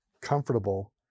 comfortable